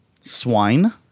Swine